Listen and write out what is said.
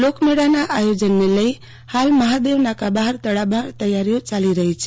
લોકમેળાના આયોજનને લઇ ફાલ મફાદેવનાકા બફાર તડામાર તૈયારીઓ ચાલી રફી છે